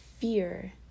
fear